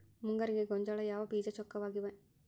ಮುಂಗಾರಿಗೆ ಗೋಂಜಾಳ ಯಾವ ಬೇಜ ಚೊಕ್ಕವಾಗಿವೆ?